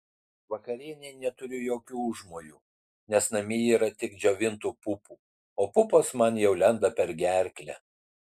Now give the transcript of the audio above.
vakarienei neturiu jokių užmojų nes namie yra tik džiovintų pupų o pupos man jau lenda per gerklę